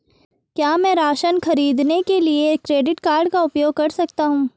क्या मैं राशन खरीदने के लिए क्रेडिट कार्ड का उपयोग कर सकता हूँ?